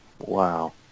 Wow